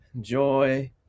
joy